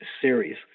series